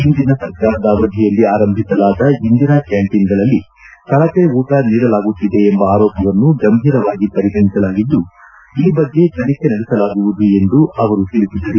ಹಿಂದಿನ ಸರ್ಕಾರದ ಅವಧಿಯಲ್ಲಿ ಆರಂಭಿಸಲಾದ ಇಂದಿರಾ ಕ್ವಾಂಟೀನ್ಗಳಲ್ಲಿ ಕಳಪೆ ಊಟ ನೀಡಲಾಗುತ್ತಿದೆ ಎಂಬ ಆರೋಪವನ್ನು ಗಂಭೀರವಾಗಿ ಪರಿಗಣಿಸಲಾಗಿದ್ದು ಈ ಬಗ್ಗೆ ತನಿಖೆ ನಡೆಸಲಾಗುವುದು ಎಂದು ಅವರು ತಿಳಿಸಿದರು